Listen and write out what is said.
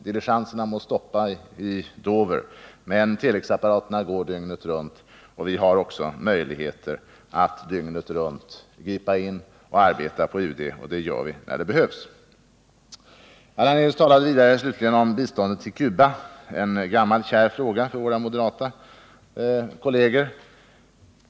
Diligenserna må stoppa i Dover eller inte, men telexapparaterna på UD fungerar dygnet runt, och vi har också dygnet runt möjligheter att gripa in och arbeta på UD, om det behövs, och det gör vi också när det behövs. Allan Hernelius talade slutligen om biståndet till Cuba. Det är en gammal kär fråga för våra moderata kolleger.